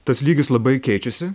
tas lygis labai keičiasi